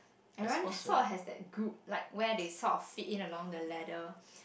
everyone sort of have that group like where they sort of fit in along the leader